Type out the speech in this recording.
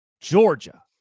Georgia